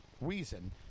reason